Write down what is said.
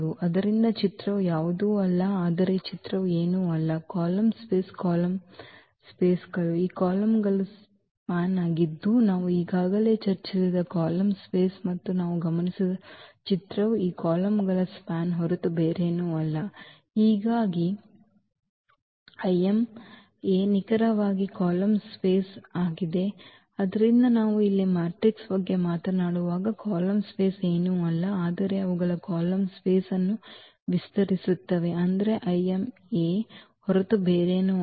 ಆದ್ದರಿಂದ ಚಿತ್ರವು ಯಾವುದೂ ಅಲ್ಲ ಆದರೆ ಚಿತ್ರವು ಏನೂ ಅಲ್ಲ ಕಾಲಮ್ ಸ್ಪೇಸ್ ಕಾಲಮ್ ಸ್ಪೇಸ್ಗಳು ಈ ಕಾಲಮ್ಗಳ ಸ್ಪ್ಯಾನ್ ಆಗಿದ್ದು ನಾವು ಈಗಾಗಲೇ ಚರ್ಚಿಸಿದ ಕಾಲಮ್ ಸ್ಪೇಸ್ ಮತ್ತು ನಾವು ಗಮನಿಸಿದ ಚಿತ್ರವು ಈ ಕಾಲಮ್ಗಳ ಸ್ಪ್ಯಾನ್ ಹೊರತು ಬೇರೇನೂ ಅಲ್ಲ ಹೀಗಾಗಿ ಇಮ್ ನಿಖರವಾಗಿ A ಕಾಲಮ್ ಸ್ಪೇಸ್ ಆಗಿದೆ ಆದ್ದರಿಂದ ನಾವು ಇಲ್ಲಿ ಮ್ಯಾಟ್ರಿಕ್ಸ್ ಬಗ್ಗೆ ಮಾತನಾಡುವಾಗ ಕಾಲಮ್ ಸ್ಪೇಸ್ ಏನೂ ಇಲ್ಲ ಆದರೆ ಅವುಗಳು ಕಾಲಮ್ ಸ್ಪೇಸ್ ಅನ್ನು ವಿಸ್ತರಿಸುತ್ತವೆ ಆದರೆ Im ಹೊರತು ಬೇರೇನೂ ಅಲ್ಲ